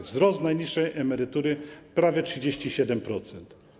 Wzrost najniższej emerytury o prawie 37%.